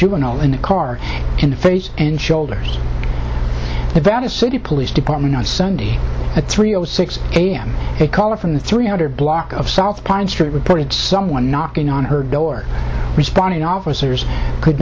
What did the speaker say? juvenile in the car in the face and shoulders and that a city police department on sunday at three o six a m a caller from the three hundred block of south pine street reported someone knocking on her door responding officers could